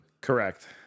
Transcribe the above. Correct